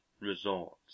resorts